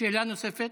שאלה נוספת.